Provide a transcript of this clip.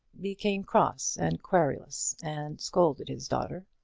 became cross and querulous, and scolded his daughter.